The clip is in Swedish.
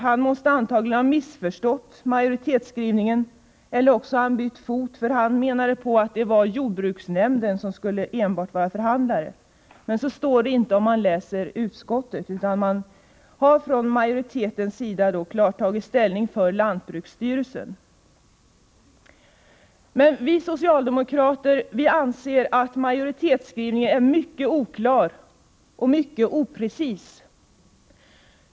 Han måste ha missförstått majoritetsskrivningen, eller också har han bytt fot, för han menar att det enbart är jordbruksnämnden som skall vara förhandlare. Så står det inte i utskottsbetänkandet. Man har från majoritetens sida klart tagit ställning för lantbruksstyrelsen. Vi socialdemokrater anser att majoritetsskrivningen är mycket oklar och oprecis.